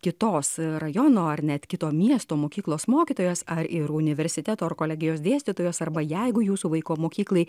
kitos rajono ar net kito miesto mokyklos mokytojos ar ir universiteto ar kolegijos dėstytojos arba jeigu jūsų vaiko mokyklai